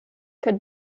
could